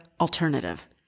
alternative